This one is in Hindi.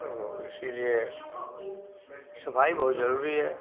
तो इसीलिए सफाई बहुत ज़रूरी है